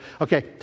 Okay